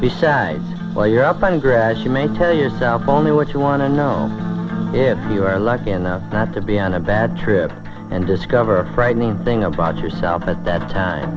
besides while you're up on grass you may tell yourself only what you want to know if you are lucky enough not to be on a bad trip and discover a frightening thing about yourself at that time